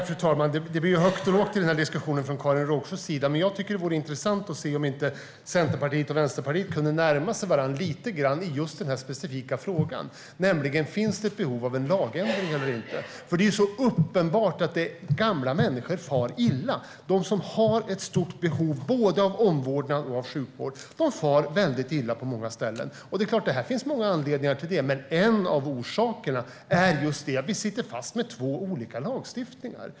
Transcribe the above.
Fru talman! Det blir högt och lågt i den här diskussionen från Karin Rågsjös sida. Jag tycker att det vore intressant att se om inte Centerpartiet och Vänsterpartiet kunde närma sig varandra lite grann i just den här specifika frågan, nämligen: Finns det ett behov av en lagändring eller inte? Det är uppenbart att gamla människor far illa. De som har ett stort behov av omvårdnad och av sjukvård far mycket illa på många ställen. Det finns många anledningar till det, men en av dem är att vi sitter fast med två olika lagstiftningar.